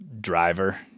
driver